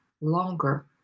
longer